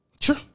Sure